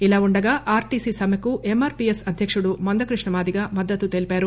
ఇలా ఉండగా ఆర్టీసీ సమ్మెకు ఎమ్మార్పీఎస్ అధ్యకుడు మంద కృష్ణ మాదిగ మద్దతు తెలిపారు